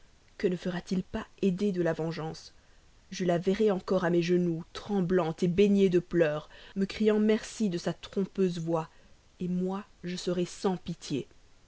que ne fera-t-il pas aidé de la vengeance je la verrai encore à mes genoux tremblante baignée de pleurs me criant merci de sa trompeuse voix moi je serai sans pitié